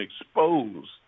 exposed